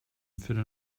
viertel